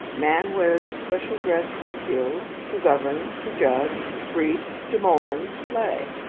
man wears a special dress to kill, to govern, to judge, to preach, to mourn, to play.